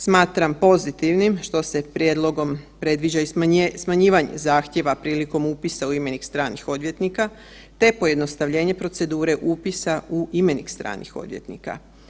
Smatram pozitivnim što se prijedlogom predviđa i smanjivanje zahtjeva prilikom upisa u imenik stranih odvjetnika, te pojednostavljenje procedure upisa u imenik stranih odvjetnika.